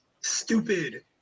stupid